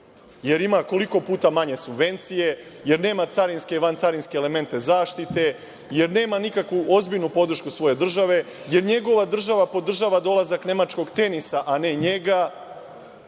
jer ima koliko puta manje subvencije, jer nema carinske vancarinske elemente zaštite, jer nema nikakvu ozbiljnu podršku svoje države, jer njegova država podržava dolazak nemačkog „Tenisa“ a ne